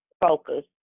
focus